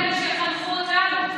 שיחנכו אותנו.